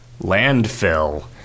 landfill